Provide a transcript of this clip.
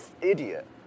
idiot